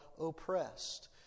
oppressed